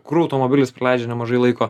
kur automobilis praleidžia nemažai laiko